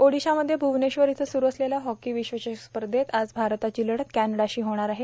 ओडिशामध्ये भ्वनेश्वर इथं स्रू असलेल्या हॉकी विश्वचषक स्पर्धेत आज भारताची लढत कॅनडाशी होणार आहे